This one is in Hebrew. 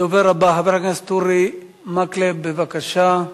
הדובר הבא, חבר הכנסת אורי מקלב, בבקשה.